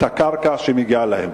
את הקרקע שמגיעה להם?